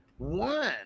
one